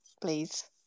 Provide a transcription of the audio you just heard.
please